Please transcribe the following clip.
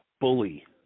bully